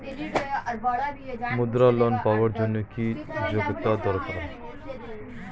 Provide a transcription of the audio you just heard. মুদ্রা লোন পাওয়ার জন্য কি যোগ্যতা দরকার?